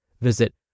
Visit